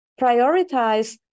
prioritize